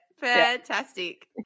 Fantastic